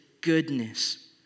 goodness